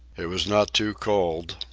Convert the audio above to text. it was not too cold.